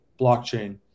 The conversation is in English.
blockchain